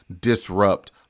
disrupt